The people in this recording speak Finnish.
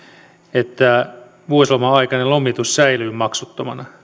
että vuosiloman aikainen lomitus säilyy maksuttomana